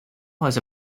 was